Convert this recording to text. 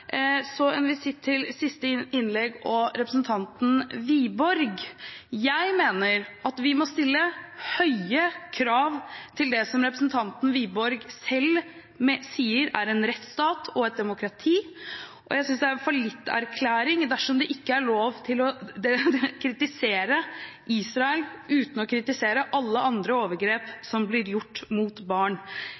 Så en visitt til siste innlegg og representanten Wiborg. Jeg mener at vi må stille høye krav til det som representanten Wiborg selv sier er en rettsstat og et demokrati. Jeg synes det er en fallitterklæring dersom det ikke er lov til å kritisere Israel uten å kritisere alle andre overgrep som blir gjort mot barn.